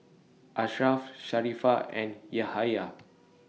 Ashraff Sharifah and Yahaya